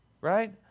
right